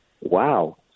wow